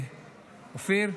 אופיר?